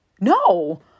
No